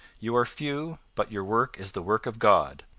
you are few, but your work is the work of god.